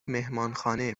مهمانخانه